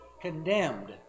condemned